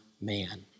man